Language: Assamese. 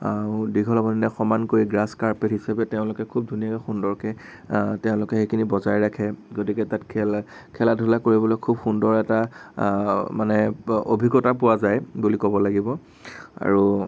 আৰু দীঘল হ'ব নিদিয়ে সমানকৈ গ্ৰাছ কাৰ্পেট হিচাপে তেওঁলোকে খুব ধুনীয়াকে সুন্দৰকে তেওঁলোকে সেইখিনি বজাই ৰাখে গতিকে তাত খেল খেলা ধূলা কৰিবলৈ খুব সুন্দৰ এটা মানে অভিজ্ঞতা পোৱা যায় বুলি ক'ব লাগিব আৰু